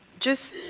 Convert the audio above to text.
just,